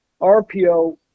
RPO